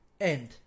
End